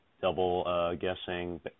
double-guessing